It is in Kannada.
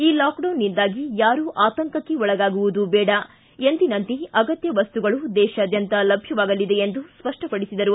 ಈ ಲಾಕ್ಡೌನ್ನಿಂದಾಗಿ ಯಾರೂ ಆತಂಕಕ್ಷೆ ಒಳಗಾಗುವುದು ಬೇಡ ಎಂದಿನಂತೆ ಅಗತ್ಯ ವಸ್ತುಗಳು ದೇಶಾದ್ಯಂತ ಲಭ್ಯವಾಗಲಿವೆ ಎಂದು ಸ್ಪಷ್ಟಪಡಿಸಿದರು